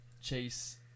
Chase